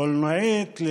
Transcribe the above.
קלנועית,